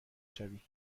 شوی